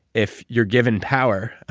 if you're given power,